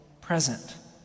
present